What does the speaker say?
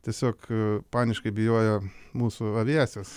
tiesiog paniškai bijojo mūsų aviacijos